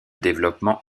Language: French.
développement